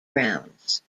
rounds